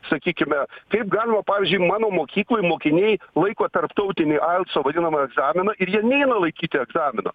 sakykime kaip galima pavyzdžiui mano mokykloj mokiniai laiko tarptautinį alco vadinamą egzaminą ir jie neina laikyti egzamino